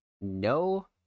no